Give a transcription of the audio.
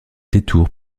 détour